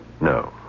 no